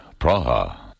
Praha